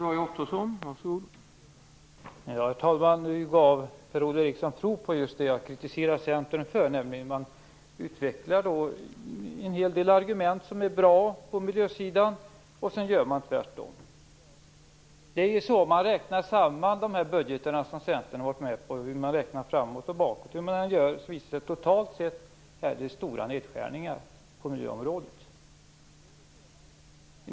Herr talman! Nu gav Per-Ola Eriksson prov på just det jag kritiserar Centern för. Man utvecklar en hel del argument på miljösidan som är bra och sedan gör man tvärtom. Men hur man än räknar samman de budgetar som Centern har varit med på, hur man än räknar framåt och bakåt, visar det sig att det totalt sett är stora nedskärningar på miljöområdet.